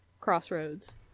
crossroads